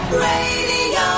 Radio